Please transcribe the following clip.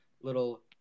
Little